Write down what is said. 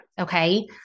Okay